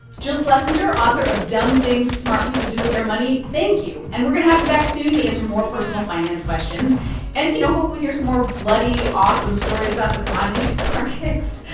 jill schlesinger, author of dumb things smart people do with their money, thank you. and we're going to have you back soon to answer more personal finance questions and, you know hopefully hear some more bloody, awesome stories about the commodities markets.